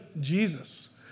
Jesus